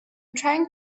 trying